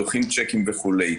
דוחים צ'קים וכו'.